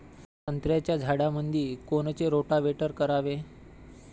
संत्र्याच्या झाडामंदी कोनचे रोटावेटर करावे?